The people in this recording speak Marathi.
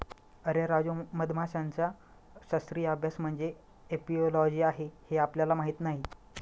अरे राजू, मधमाशांचा शास्त्रीय अभ्यास म्हणजे एपिओलॉजी आहे हे आपल्याला माहीत नाही